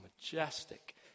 majestic